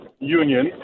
union